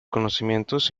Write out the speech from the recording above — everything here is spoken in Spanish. conocimientos